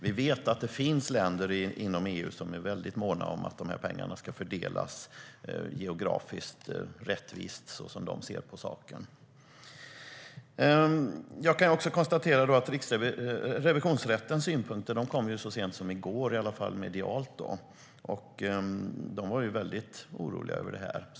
Vi vet att det finns länder inom EU som är mycket måna om att pengarna ska fördelas geografiskt rättvist, så som de ser på saken. Revisionsrättens synpunkter kom så sent som i går, i alla fall i medierna. De var mycket oroliga över detta.